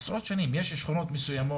עשרות שנים,